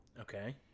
Okay